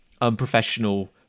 unprofessional